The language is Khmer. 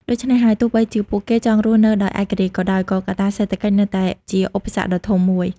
ដូច្នេះហើយ ទោះបីជាពួកគេចង់រស់នៅដោយឯករាជ្យក៏ដោយ ក៏កត្តាសេដ្ឋកិច្ចនៅតែជាឧបសគ្គដ៏ធំមួយ។